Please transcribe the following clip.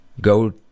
go